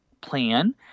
plan